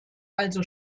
also